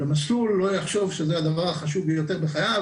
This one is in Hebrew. למסלול לא יחשוב שזה הדבר החשוב ביותר בחייו,